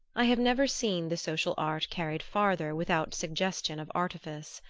i have never seen the social art carried farther without suggestion of artifice.